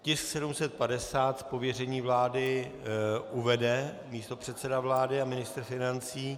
Tisk 750 z pověření vlády uvede místopředseda vlády a ministr financí.